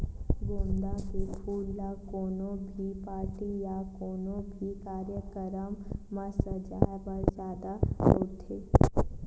गोंदा के फूल ल कोनो भी पारटी या कोनो भी कार्यकरम म सजाय बर जादा बउरथे